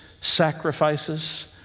sacrifices